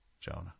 Jonah